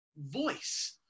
voice